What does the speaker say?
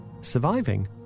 Surviving